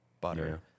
butter